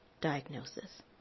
diagnosis